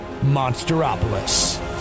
Monsteropolis